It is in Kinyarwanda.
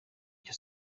icyo